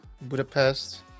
budapest